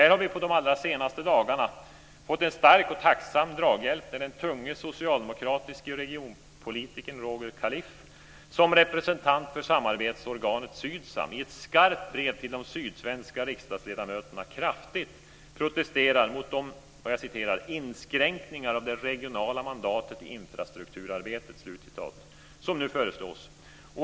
Här har vi de allra senaste dagarna fått en stark och tacksam draghjälp när den tunge socialdemokratiske regionpolitikern Roger Kaliff, som representant för samarbetsorganet Sydsam, i ett skarpt brev till de sydsvenska riksdagsledamöterna kraftigt protesterar mot de "inskränkningar av det regionala mandatet i infrastrukturarbetet" som nu föreslås.